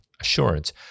assurance